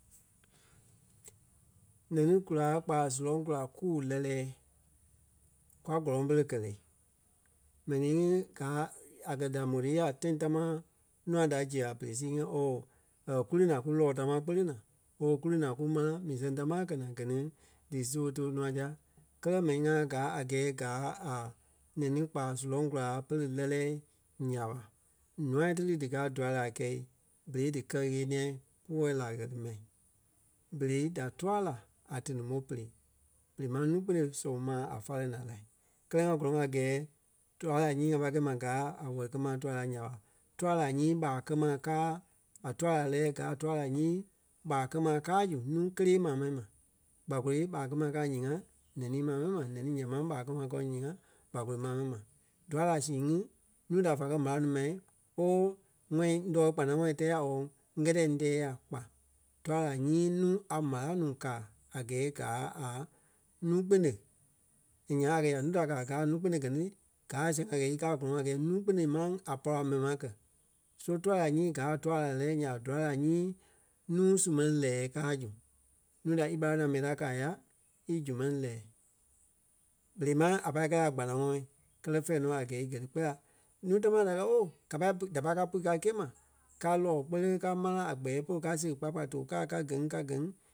Nɛni kulaa kpaa surɔŋ kula kuu lɛ́lɛɛ. Kwa gɔ́lɔŋ pere kɛ̀ le? Mɛni ŋí gáa a kɛ̀ da mó ti ya tãi tamaa nûa da ziɣe a pere sii ŋí or ku lí naa kú lɔ́ɔ támaa kpele naa oo ku lí naa kú mãna mii sɛŋ támaa a kɛ̀ naa gɛ ni dí su tòo nûa dia. Kɛ́lɛ mɛni ŋa gaa a gɛɛ gáa a nɛni kpa surɔŋ kulaa pɛ́lɛ lɛ́lɛɛ nya ɓa ǹûai ti ni díkaa dûa laa kɛ̂i berei dí kɛ ɣeniɛi púɔɔ la a kɛ̀ ti mɛi. Berei da túa la a téniŋ-ɓo pere. Berei máŋ nuu-kpune sɔn maa a fáleŋ la lai kɛlɛ ŋa gɔ́lɔŋ a gɛɛ dûa laa nyii ŋa pai kɛi ma gáa a wɛli-kɛ-ma tua laa nya ɓa, túa láa nyii ɓaa kɛ maa káa a tua láa lɛ́lɛɛ gaa a tua láa nyii ɓaa kɛ ma káa zu núu kélee maa mɛni ma. Kpakolo ɓaa kɛ ma káa ǹyee-ŋa nɛnî maa mɛni ma nɛnî nyaŋ máŋ ɓaa kɛ ma kɔɔ ǹyee-ŋa kpakolo maa mɛni ma. Dua láa sii ŋí núu da fa kɛ̀ marâa nuu mai ooo wɔ́i tɔɔ kpanaŋɔɔi e tɛɛ ya ooo ŋ́gɛtɛ e tɛɛ ya kpa. Dua láa nyii nuu a marâa núu káa a gɛɛ a gáa a nuu-kpune. And nyaŋ a kɛ̀ ya núu da káa gaa a nuu-kpune gɛ ni gáa a sɛŋ a gɛɛ í káa a gɔlɔŋ a gɛɛ nuu-kpune máŋ a pɔra mɛni ma kɛ̀. So túa láa nyii gaa a tua lɛ́lɛɛ nya ɓa dua láa nyii núu su mɛni lɛ́ɛ káa zu. Núu da ímarâa nuu da a mɛni ta kɛ́ a ya í zu-mɛni lɛɛ. Berei máŋ a pâi kɛ̂i a kpanaŋɔɔ kɛlɛ fɛ̂ɛ nɔ a gɛɛ gɛ̀ ti kpɛɛ la nuu támaa da kɛ̀ ooo ka pai da pai pui ka gîe ma kaa lɔ́ɔ kpele ka mãna a kpɛɛ polu ká seɣe kpaya kpaya too kaa ka gɛ́ ŋí ka gɛ́ ŋí